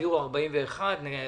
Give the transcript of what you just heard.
יעבירו 41 מיליון.